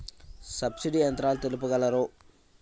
Subsidy యంత్రాలు తెలుపగలరు?